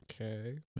Okay